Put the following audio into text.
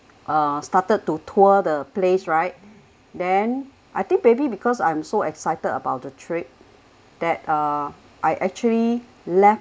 uh started to tour the place right then I think maybe because I'm so excited about the trip that uh I actually left